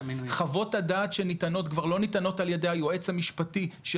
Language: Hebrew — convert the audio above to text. חוות הדעת שניתנות כבר לא ניתנו על ידי היועץ המשפטי של